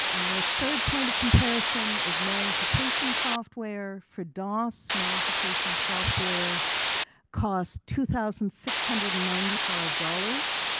um and third point of comparison is magnification software for dos. magnification software cost two thousand six hundred and ninety five dollars.